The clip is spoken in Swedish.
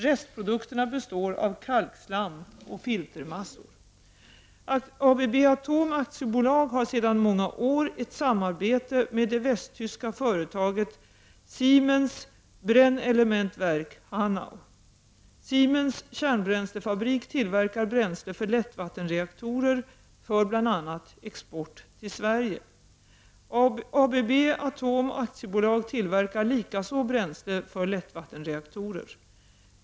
Restprodukterna består av kalkslam och filtermassor. ABB Atom AB har sedan många år ett samarbete med det västtyska företaget Siemens Brennelementwerk, Hanau. Siemens kärnbränslefabrik tillverkar bränsle för lättvattenreaktorer för bl.a. export till Sverige. ABB Atom AB tillverkar likaså bränsle för lättvattenreaktorer.